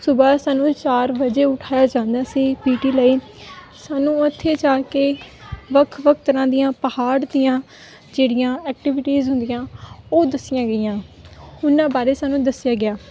ਸੁਬਹਾ ਸਾਨੂੰ ਚਾਰ ਵਜੇ ਉਠਾਇਆ ਜਾਂਦਾ ਸੀ ਪੀਟੀ ਲਈ ਸਾਨੂੰ ਉੱਥੇ ਜਾ ਕੇ ਵੱਖ ਵੱਖ ਤਰ੍ਹਾਂ ਦੀਆਂ ਪਹਾੜ ਦੀਆਂ ਜਿਹੜੀਆਂ ਐਕਟੀਵਿਟੀਜ਼ ਹੁੰਦੀਆਂ ਉਹ ਦੱਸੀਆਂ ਗਈਆਂ ਉਹਨਾਂ ਬਾਰੇ ਸਾਨੂੰ ਦੱਸਿਆ ਗਿਆ